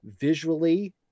visually